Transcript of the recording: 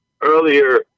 earlier